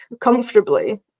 comfortably